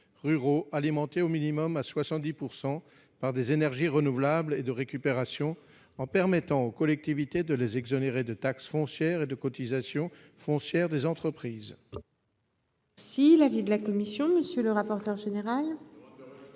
ruraux alimentés au minimum à 70 % par des énergies renouvelables ou de récupération, en permettant aux collectivités de les exonérer de taxe foncière et de cotisation foncière des entreprises. Quel est l'avis de la commission ? Demande de retrait.